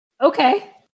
okay